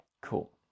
cool